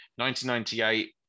1998